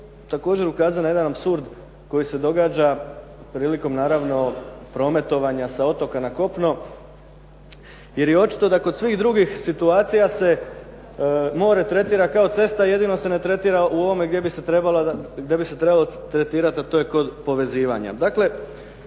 također ukazati na jedan apsurd koji se događa prilikom naravno prometovanja sa otoka na kopno jer je očito da kod svih drugih situacija se more tretira kao cesta jedino se ne tretira u ovomu gdje bi se trebalo tretirati a to je kod povezivanja.